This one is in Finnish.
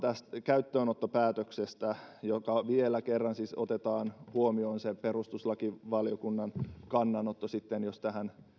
käyttöönottopäätöksestä jossa vielä kerran siis otetaan huomioon sitten perustuslakivaliokunnan kannanotto jos tähän